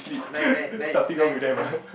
nine nine nine nine ah